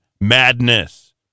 Madness